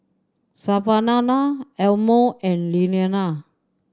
Savannah Elmo and Iliana